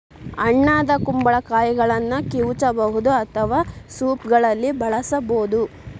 ಹಣ್ಣಾದ ಕುಂಬಳಕಾಯಿಗಳನ್ನ ಕಿವುಚಬಹುದು ಅಥವಾ ಸೂಪ್ಗಳಲ್ಲಿ ಬಳಸಬೋದು